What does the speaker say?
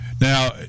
Now